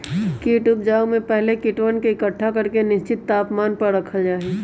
कीट उपजाऊ में पहले कीटवन के एकट्ठा करके निश्चित तापमान पर रखल जा हई